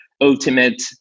ultimate